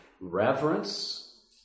Reverence